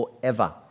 forever